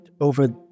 over